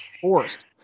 forced